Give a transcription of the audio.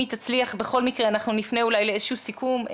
בכל מקרה אנחנו נפנה לאיזה שהוא סיכום.